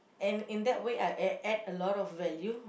and in that way I a~ add a lot of value